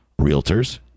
Realtors